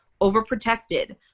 Overprotected